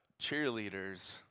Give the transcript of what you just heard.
cheerleaders